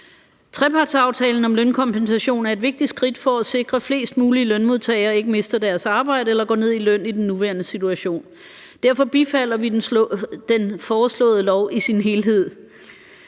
Trepartsaftalen om lønkompensation er et vigtigt skridt for at sikre, at flest mulige lønmodtagere ikke mister deres arbejde eller går ned i løn i den nuværende situation. Derfor bifalder vi den foreslåede lov i sin helhed.